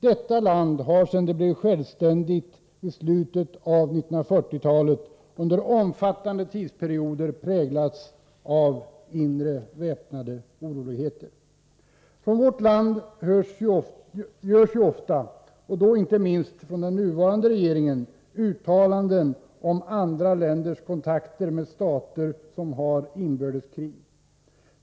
Detta land har, sedan det blev självständigt i slutet av 1940-talet, under omfattande tidsperioder präglats av inre väpnade oroligheter. Från vårt land görs ju ofta, och då inte minst av den nuvarande regeringen, uttalanden om andra länders kontakter med stater där det råder inbördeskrig.